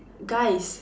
guys